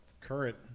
current